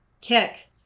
kick